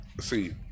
See